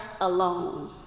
alone